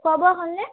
খোৱা বোৱা হ'লনে